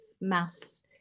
mass